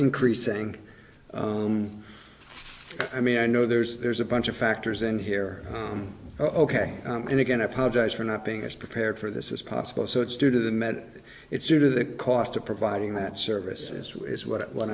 increasing i mean i know there's there's a bunch of factors in here ok and again i apologize for not being as prepared for this is possible so it's due to the med it's due to the cost of providing that service as well as what